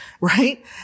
right